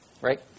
Right